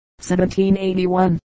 1781